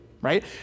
right